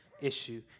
issue